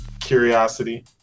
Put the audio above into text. curiosity